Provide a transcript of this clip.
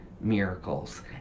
miracles